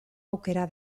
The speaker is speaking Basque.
aukera